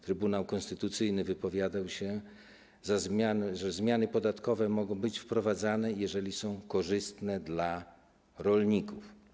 Trybunał Konstytucyjny wypowiadał się, że zmiany podatkowe mogą być wprowadzane, jeżeli są korzystne dla rolników.